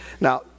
Now